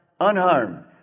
unharmed